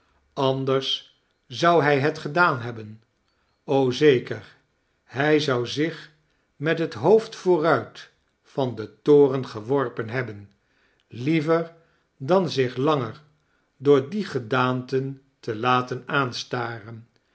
anders zou hij het gedaan hebben o zeker hij zou zich met het hoofd vooruit van den toren geworpen hebben liever dan zich langer door die gedaanten te laten